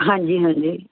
ਹਾਂਜੀ ਹਾਂਜੀ